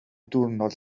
diwrnod